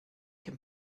can